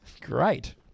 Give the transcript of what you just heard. Great